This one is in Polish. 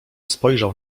spojrzał